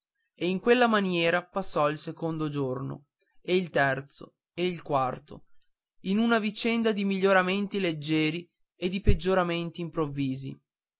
e in quella maniera passò il secondo giorno e il terzo e il quarto in una vicenda di miglioramenti leggieri e di peggioramenti improvvisi